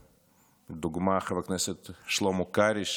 לדוגמה מחבר הכנסת שלמה קרעי,